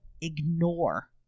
ignore